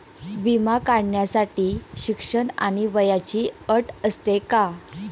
विमा काढण्यासाठी शिक्षण आणि वयाची अट असते का?